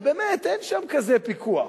ובאמת אין שם כזה פיקוח,